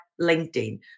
LinkedIn